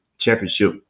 championship